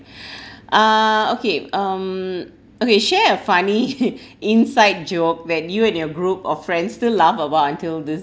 ah okay um okay share a funny inside joke that you and your group of friends still laugh about until this